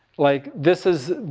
like, this is,